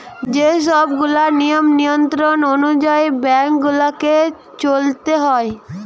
যে সব গুলা নিয়ম নিয়ন্ত্রণ অনুযায়ী বেঙ্ক গুলাকে চলতে হয়